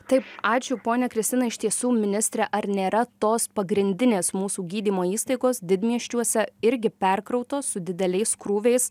taip ačiū ponia kristina iš tiesų ministre ar nėra tos pagrindinės mūsų gydymo įstaigos didmiesčiuose irgi perkrautos su dideliais krūviais